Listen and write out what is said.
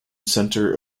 centre